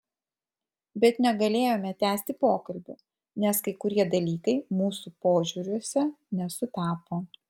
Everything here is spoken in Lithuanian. bet negalėjome tęsti pokalbių nes kai kurie dalykai mūsų požiūriuose nesutapo